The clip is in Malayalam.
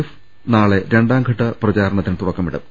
എഫ് നാളെ രണ്ടാംഘട്ട പ്രചാരണത്തിന് തുടക്കമിടും